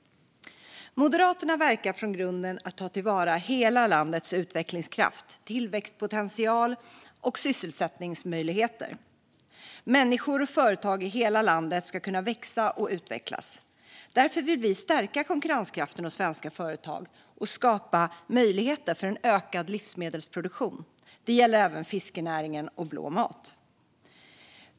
Moderaterna verkar från grunden att ta till vara hela landets utvecklingskraft, tillväxtpotential och sysselsättningsmöjligheter. Människor och företag i hela landet ska kunna växa och utvecklas. Därför vill vi stärka konkurrenskraften hos svenska företag och skapa möjligheter för en ökad livsmedelsproduktion. Det gäller även fiskenäringen och blå mat.